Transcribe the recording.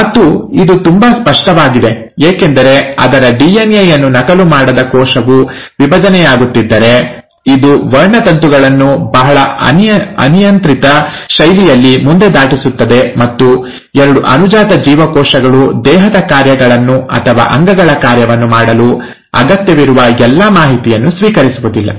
ಮತ್ತು ಇದು ತುಂಬಾ ಸ್ಪಷ್ಟವಾಗಿದೆ ಏಕೆಂದರೆ ಅದರ ಡಿಎನ್ಎ ಯನ್ನು ನಕಲು ಮಾಡದ ಕೋಶವು ವಿಭಜನೆಯಾಗುತ್ತಿದ್ದರೆ ಇದು ವರ್ಣತಂತುಗಳನ್ನು ಬಹಳ ಅನಿಯಂತ್ರಿತ ಶೈಲಿಯಲ್ಲಿ ಮುಂದೆ ದಾಟಿಸುತ್ತದೆ ಮತ್ತು ಎರಡು ಅನುಜಾತ ಜೀವಕೋಶಗಳು ದೇಹದ ಕಾರ್ಯಗಳನ್ನು ಅಥವಾ ಅಂಗಗಳ ಕಾರ್ಯವನ್ನು ಮಾಡಲು ಅಗತ್ಯವಿರುವ ಎಲ್ಲಾ ಮಾಹಿತಿಯನ್ನು ಸ್ವೀಕರಿಸುವುದಿಲ್ಲ